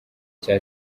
cya